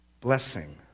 blessing